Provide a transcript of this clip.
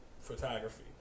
photography